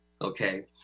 Okay